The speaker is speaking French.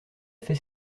fait